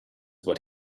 what